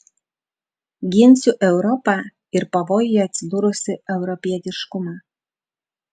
ginsiu europą ir pavojuje atsidūrusį europietiškumą